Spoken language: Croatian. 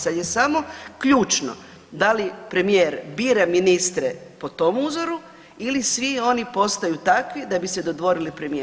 Sad je samo ključno da li premijer bira ministre po tom uzoru ili svi oni postaju takvi da bi se dodvorili premijeru.